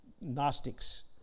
Gnostics